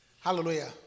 Hallelujah